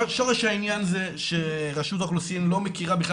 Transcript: רק שורש העניין הוא שרשות האוכלוסין לא מכירה בכלל